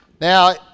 now